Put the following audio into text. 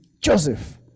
Joseph